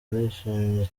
ndishimye